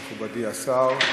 מכובדי השר,